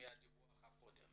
מהדיווח הקודם.